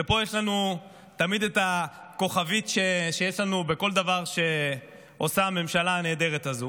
ופה יש לנו תמיד את הכוכבית שיש לנו בכל דבר שעושה הממשלה הנהדרת הזו,